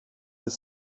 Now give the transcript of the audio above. ist